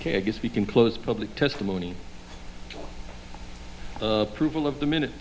ok i guess we can close public testimony approval of the minute